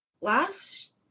last